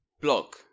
blog